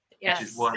Yes